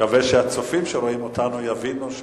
מקווה שהצופים שרואים אותנו יבינו.